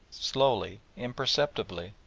slowly, imperceptibly,